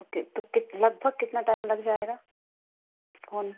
okay तो कित लगभग कितना टाइम लग जाएगा फ़ोन